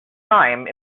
time